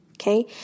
okay